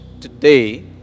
today